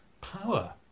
power